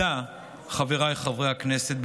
חבריי חברי הכנסת,